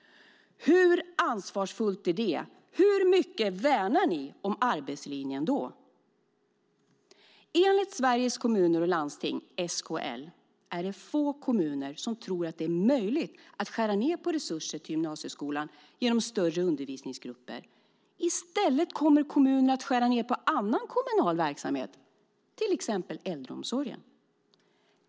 Hur ansvarsfullt är det? Hur mycket värnar Alliansen arbetslinjen då? Enligt Sveriges Kommuner och Landsting är det få kommuner som tror att det är möjligt att skära ned på resurserna till gymnasieskolan genom att ha större undervisningsgrupper. I stället kommer kommuner att skära ned på annan kommunal verksamhet, till exempel äldreomsorgen.